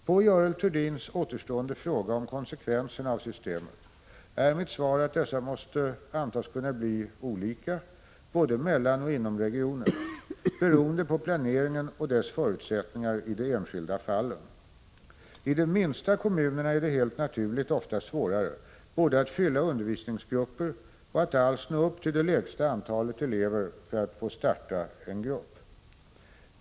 På Görel Thurdins återstående fråga om konsekvenserna av systemet är mitt svar att dessa måste antas kunna bli olika både mellan och inom regioner, beroende på planeringen och dess förutsättningar i de enskilda fallen. I de minsta kommunerna är det helt naturligt ofta svårare både att fylla undervisningsgrupper och att alls nå upp till det lägsta antalet elever för att få starta en grupp.